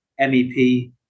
MEP